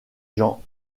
jean